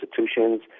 institutions